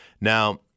Now